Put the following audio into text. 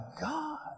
God